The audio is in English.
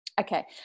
Okay